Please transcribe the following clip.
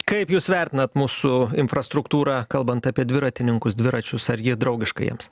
kaip jūs vertinat mūsų infrastruktūrą kalbant apie dviratininkus dviračius ar jie draugiška jiems